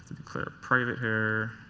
declare it here.